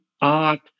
art